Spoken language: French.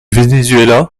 venezuela